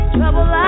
trouble